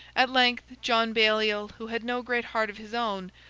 at length, john baliol, who had no great heart of his own,